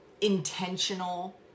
intentional